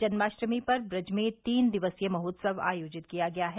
जनमाष्टमी पर ब्रज में तीन दिवसीय महोत्सव आयोजित किया गया है